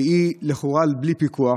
שהוא לכאורה בלי פיקוח.